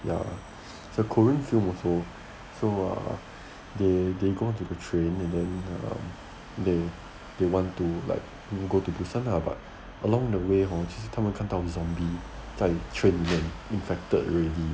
ya it's a korean film also so err they they go to the train and then err they want to like go to busan lah but along the way hor 其实他们看到 zombie 在 train 里面 infected already